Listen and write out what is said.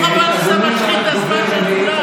לא חבל עכשיו להשחית את הזמן של כולם?